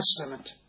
Testament